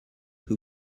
who